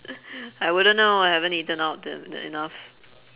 I wouldn't know I haven't eaten out uh uh enough